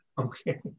Okay